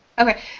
Okay